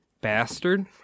Bastard